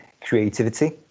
creativity